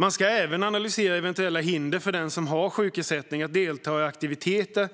Man ska även analysera eventuella hinder för den som har sjukersättning att delta i aktiviteter